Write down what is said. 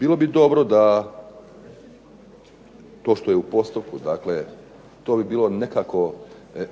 Bilo bi dobro da to što je u postupku, dakle to bi bilo nekako